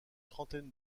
trentaine